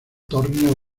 torneo